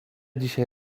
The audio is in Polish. dzisiaj